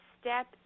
step